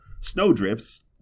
snowdrifts